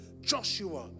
Joshua